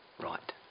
Right